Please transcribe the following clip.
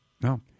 no